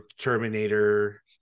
terminator